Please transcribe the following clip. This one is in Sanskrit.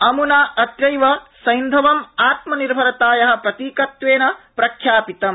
अम्ना अत्रैव लवणम् आत्मनिर्भरताया प्रतीकत्वेन प्रख्यापितम्